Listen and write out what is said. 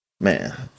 Man